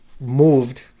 moved